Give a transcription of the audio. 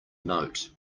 note